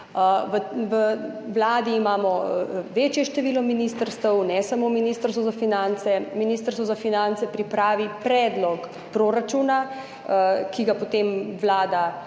V Vladi imamo večje število ministrstev, ne samo Ministrstvo za finance. Ministrstvo za finance pripravi predlog proračuna, ki ga potem Vlada